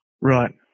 Right